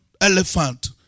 elephant